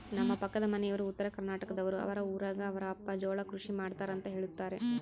ನಮ್ಮ ಪಕ್ಕದ ಮನೆಯವರು ಉತ್ತರಕರ್ನಾಟಕದವರು, ಅವರ ಊರಗ ಅವರ ಅಪ್ಪ ಜೋಳ ಕೃಷಿ ಮಾಡ್ತಾರೆಂತ ಹೇಳುತ್ತಾರೆ